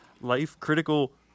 life-critical